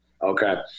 okay